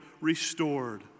Restored